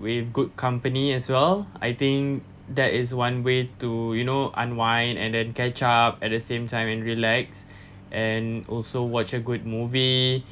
with good company as well I think that is one way to you know unwind and then catch up at the same time and relax and also watch a good movie